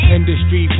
Industry